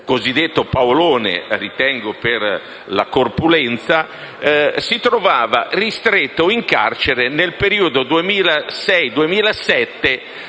- cosiddetto Paolone per la corpulenza - si trovava ristretto in carcere nel periodo 2006-2007